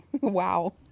wow